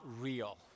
real